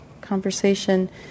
conversation